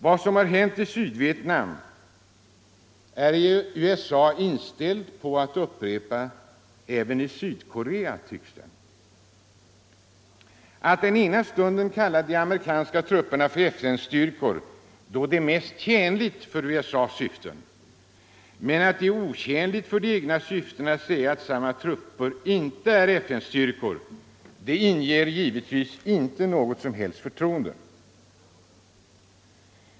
Vad som har hänt i Sydvietnam är USA inställt på att upprepa även i Sydkorea, tycks det. Att den ena stunden kalla de amerikanska trupperna för FN-styrkor, då det är mest tjänligt för USA:s syften, men att — då detta är otjänligt för de egna syftena — säga att samma trupper inte är FN-styrkor inger givetvis inte något som helst förtroende.